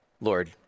Lord